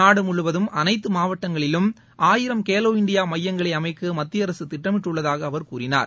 நாடு முழுவதும் அனைத்து மாவட்டங்களிலும் ஆயிரம் கேலா இண்டியா மையங்களை அமைக்க மத்திய அரசு திட்டமிட்டுள்ளதாக அவர் கூறினார்